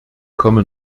komme